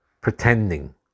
pretending